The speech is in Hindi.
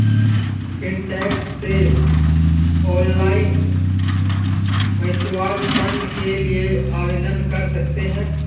फिनटेक से ऑनलाइन म्यूच्यूअल फंड के लिए आवेदन कर सकते हैं